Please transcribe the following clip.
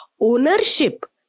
ownership